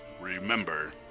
remember